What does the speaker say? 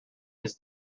his